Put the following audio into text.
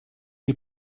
die